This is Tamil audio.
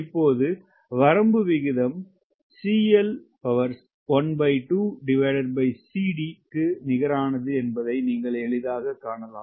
இப்போது வரம்பு விகிதம் நிகரானது என்பதை நீங்கள் எளிதாகக் காணலாம்